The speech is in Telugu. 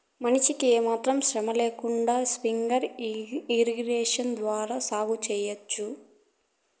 మనిషికి కూడా ఏమాత్రం శ్రమ లేకుండా స్ప్రింక్లర్ ఇరిగేషన్ ద్వారా సాగు చేయవచ్చు